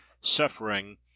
suffering